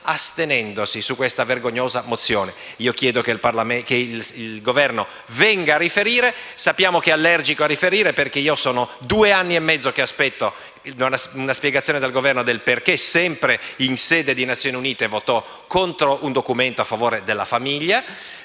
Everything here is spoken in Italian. astenendosi su questa vergognosa mozione. Chiedo quindi che il Governo venga a riferire su quanto accaduto. Sappiamo che è allergico a riferire, perché sono due anni e mezzo che aspetto una spiegazione dal Governo sul perché, sempre in sede di Nazioni Unite, votò contro un documento a favore della famiglie.